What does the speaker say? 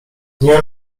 nie